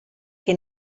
che